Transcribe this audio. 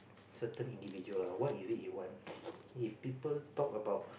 certain individual ah what is it you want if people talk about